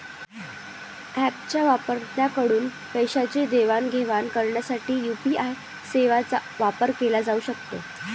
ऍपच्या वापरकर्त्यांकडून पैशांची देवाणघेवाण करण्यासाठी यू.पी.आय सेवांचा वापर केला जाऊ शकतो